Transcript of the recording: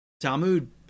Talmud